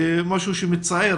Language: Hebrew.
משהו שמצער,